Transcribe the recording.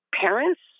parents